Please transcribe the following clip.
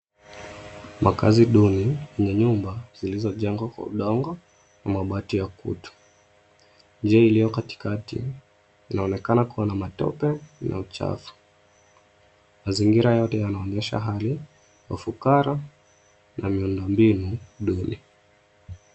Makazi duni yenye nyumba zilizojengwa kwa udongo na mabati ya kutu. Njia iliyo katikati inaonekana kuwa na matope na uchafu. Mazingira yote yanaonyesha hali ya ufukara na miundo mbinu duni.